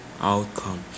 outcome